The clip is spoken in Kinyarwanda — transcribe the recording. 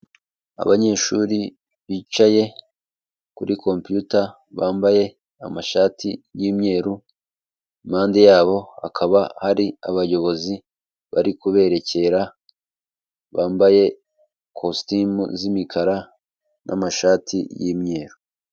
Abanyeshuri bicaye kuri kompiyuta bambaye amashati y'imyeru, impande yabo hakaba hari abayobozi bari kubererekera bambaye kositimu z'imikara n'amashati y'imyeru.